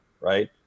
Right